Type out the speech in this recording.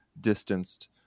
distanced